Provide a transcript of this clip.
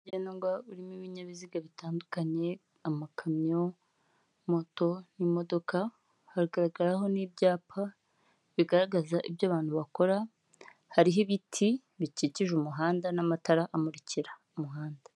Umuhanda nyabagendwa urimo ibinyabiziga bitandukanye amakamyo, moto n'imodoka hagaragaraho n'ibyapa bigaragaza ibyo abantu bakora hariho ibiti bikikije umuhanda n'amatara amurikira umuhanda.